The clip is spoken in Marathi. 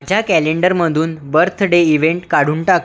माझ्या कॅलेंडरमधून बर्थडे इव्हेंट काढून टाक